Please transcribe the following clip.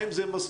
האם זה מספיק?